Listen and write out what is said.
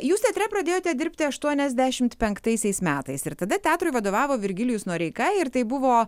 jūs teatre pradėjote dirbti aštuoniasdešimt penktaisiais metais ir tada teatrui vadovavo virgilijus noreika ir tai buvo